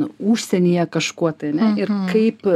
užsienyje kažkuo tai ane ir kaip